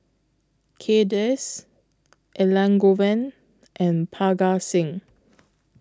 Kay Das Elangovan and Parga Singh